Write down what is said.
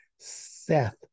Seth